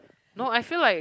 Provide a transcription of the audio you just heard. no I feel like